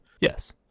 Yes